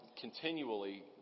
continually